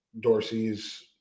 Dorsey's